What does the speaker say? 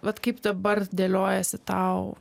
vat kaip dabar dėliojasi tau